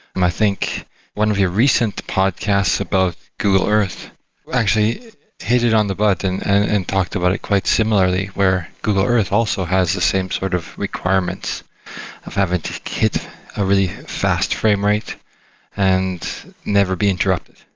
i think one of your recent podcasts about google earth actually hit it on the button and talked about it quite similarly, where google earth also has the same sort of requirements of having to get a really fast framerate and never be interrupted.